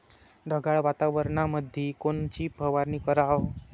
ढगाळ वातावरणामंदी कोनची फवारनी कराव?